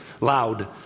loud